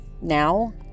now